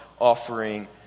offering